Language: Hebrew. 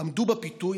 עמדו בפיתוי.